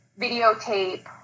videotape